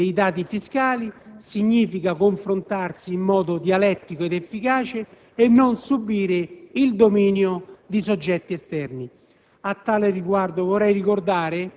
avere la disponibilità dei dati fiscali significa confrontarsi in modo dialettico ed efficace e non subire il dominio di soggetti esterni.